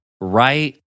right